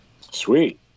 Sweet